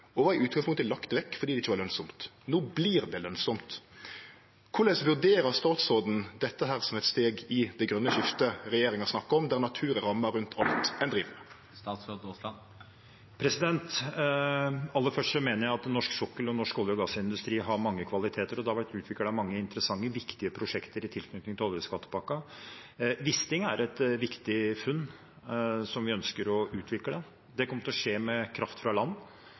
og vart i utgangspunktet lagt vekk fordi det ikkje var lønsamt. No vert det lønsamt. Korleis vurderer statsråden dette som eit steg i det grøne skiftet, som regjeringa snakkar om, der naturen er ramma rundt alt ein driv med? Jeg mener at norsk sokkel og norsk olje- og gassindustri har mange kvaliteter, og det har blitt utviklet mange interessante og viktige prosjekter i tilknytning til oljeskattepakken. Wisting-feltet er et viktig funn, som vi ønsker å utvikle. Det kommer til å skje med kraft fra land